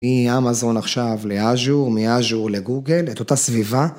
היא המזון עכשיו לאג'ור, מאג'ור לגוגל, את אותה סביבה.